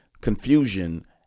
confusion